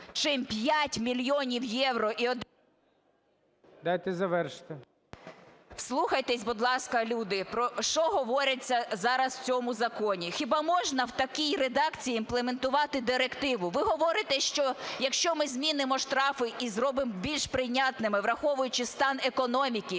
чим 5 мільйонів євро і… ГОЛОВУЮЧИЙ. Дайте завершити. ЮЖАНІНА Н.П. …вслухайтесь, будь ласка, люди, про що говориться зараз в цьому законі. Хіба можна в такій редакції імплементувати директиву? Ви говорите, що якщо ми змінимо штрафи і зробимо більш прийнятними, враховуючи стан економіки